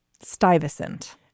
Stuyvesant